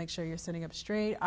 make sure you're sitting up straight